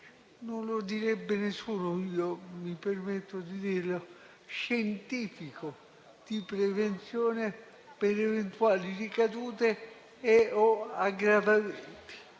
non lo direbbe nessuno, ma io mi permetto di farlo - di prevenzione per eventuali ricadute o aggravamenti.